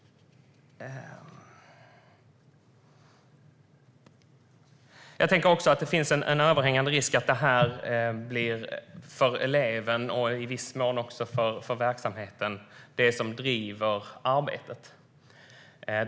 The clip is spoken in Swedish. Det finns en överhängande risk att denna siffra eller detta betyg för eleven och i viss mån för verksamheten blir det som driver arbetet.